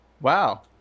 Wow